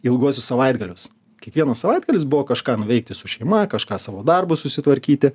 ilguosius savaitgalius kiekvienas savaitgalis buvo kažką nuveikti su šeima kažką savo darbus susitvarkyti